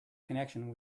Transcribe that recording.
connection